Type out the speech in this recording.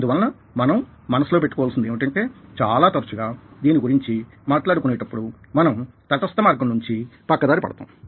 అందువలన మనం మనసులో పెట్టు కోవాల్సింది ఏమిటంటే చాలా తరచుగా దీని గురించి మాట్లాడుకునేటప్పుడు మనం తటస్థ మార్గం నుంచి పక్కదారి పడతాం